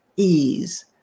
ease